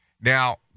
Now